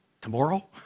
tomorrow